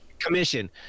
commission